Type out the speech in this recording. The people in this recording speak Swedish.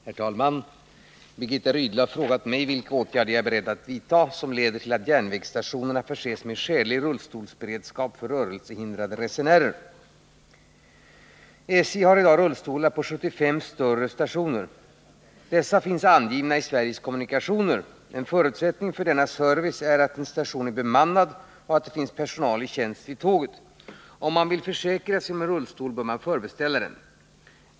Herr talman! Birgitta Rydle har frågat mig vilka åtgärder jag är beredd att vidta som leder till att järnvägsstationerna förses med skälig rullstolsberedskap för rörelsehindrade resenärer. SJ har i dag rullstolar på 75 större stationer. Dessa finns angivna i Sveriges Kommunikationer. En förutsättning för denna service är att en station är bemannad och att det finns personal i tjänst vid tåget. Om man vill försäkra sig om en rullstol bör man förbeställa den.